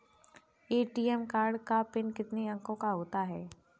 ATM card का pin कितने अंकों का होता है?